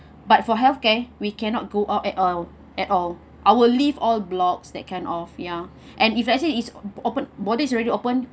but for healthcare we cannot go out at all at all our lift all blocks that kind of ya and if let's say it's open border's already open